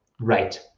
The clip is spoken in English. right